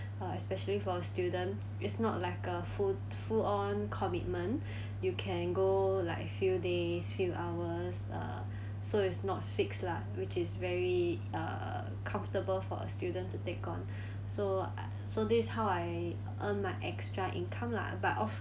uh especially for student it's not like a full full on commitment you can go like few days few hours uh so is not fixed lah which is very uh comfortable for a student to take on so I~ so this how I earn my extra income lah but of